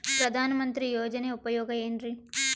ಪ್ರಧಾನಮಂತ್ರಿ ಯೋಜನೆ ಉಪಯೋಗ ಏನ್ರೀ?